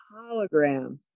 Hologram